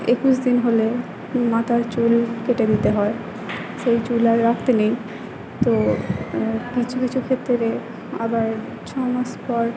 একুশ দিন হলে মাতার চুল কেটে দিতে হয় সেই চুল আর রাখতে নেই তো কিছু কিছু ক্ষেত্রে আবার ছ মাস পর